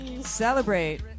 Celebrate